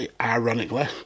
ironically